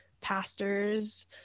pastors